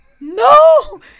No